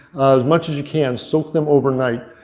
as much as you can soak them overnight.